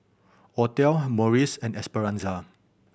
Othel Maurice and Esperanza